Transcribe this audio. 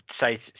say